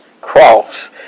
cross